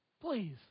Please